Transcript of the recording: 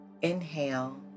Inhale